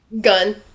gun